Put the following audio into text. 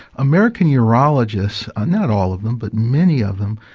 american neurologists, ah not all of them but many of them,